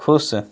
ख़ुश